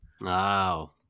Wow